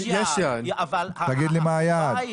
יש יעד, אבל --- מהו היעד?